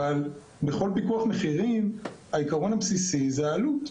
אבל העיקרון הבסיסי בכל פיקוח מחירים הוא העלות.